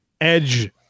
edge